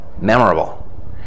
memorable